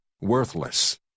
worthless